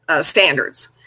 Standards